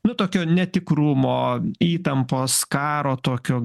nu tokio netikrumo įtampos karo tokio